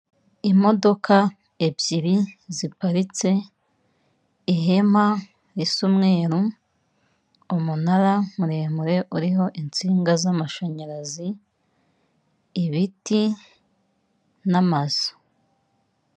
Imodoka ebyiri ziparitse ihema ris'umweru umunara muremure uriho insinga z'amashanyarazi ibiti n'amazu.